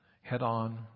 head-on